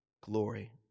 glory